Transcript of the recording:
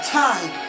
time